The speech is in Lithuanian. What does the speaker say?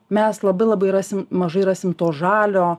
mes labai labai rasim mažai rasim to žalio